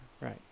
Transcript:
Right